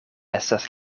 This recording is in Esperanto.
estas